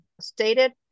stated